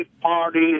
Party